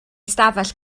ystafell